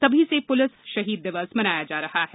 तभी से पुलिस शहीद दिवस मनाया जा रहा है